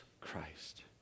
Christ